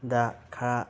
ꯗ ꯈꯔ